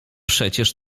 przecież